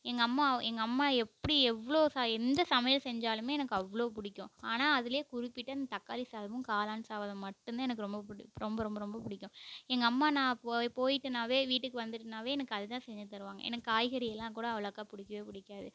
எங்கள் அம்மா எங்கள் அம்மா எப்படி எவ்வளோ ச எந்த சமையல் செஞ்சாலுமே எனக்கு அவ்வளோ பிடிக்கும் ஆனால் அதிலே குறிப்பிட்டு அந்த தக்காளி சாதமும் காளான் சாதம் மட்டும் தான் எனக்கு ரொம்ப புடி ரொம்ப ரொம்ப ரொம்ப பிடிக்கும் எங்கள் அம்மா நான் போ போய்விட்டனாவே வீட்டுக்கு வந்துவிட்டனாவே எனக்கு அதுதான் செஞ்சுத் தருவாங்க எனக்கு காய்கறியெலாம் கூட அவ்வளோக்கா பிடிக்கவே பிடிக்காது